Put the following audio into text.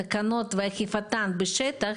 התקנות ואכיפתן בשטח,